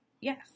yes